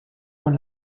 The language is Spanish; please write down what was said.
con